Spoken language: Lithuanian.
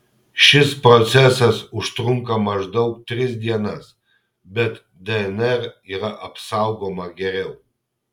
šis procesas užtrunka maždaug tris dienas bet dnr yra apsaugoma geriau